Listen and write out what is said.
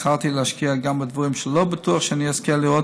בחרתי להשקיע גם בדברים שלא בטוח שאני אזכה להיות